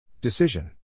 Decision